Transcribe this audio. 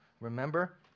Remember